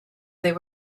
they